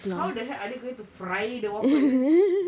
how the heck are they going to fry the waffle